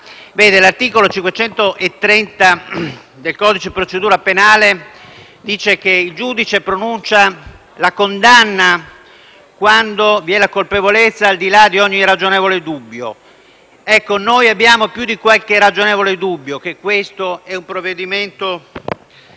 L'articolo 530 del codice procedura penale dice che il giudice pronuncia la condanna quando vi è la colpevolezza al di là di ogni ragionevole dubbio. Ecco, noi abbiamo più di qualche ragionevole dubbio che questo sia un provvedimento